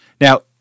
Now